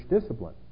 discipline